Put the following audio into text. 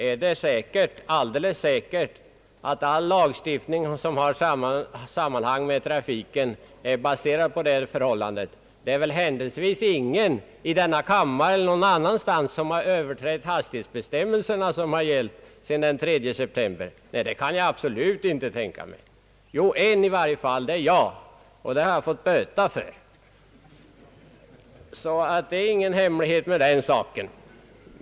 Är det alldeles säkert, att all lagstiftning i samband med trafiken är baserad på det förhållandet? Det är väl händelsevis ingen i denna kammare eller någon annan som överträtt de hastighetsbestämmelser, som gällt sedan den 3 september? Nej, det kan jag absolut inte tänka mig! En finns i alla fall, och det är jag, och det har jag fått böta för, så det är ingen hemlighet.